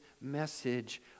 message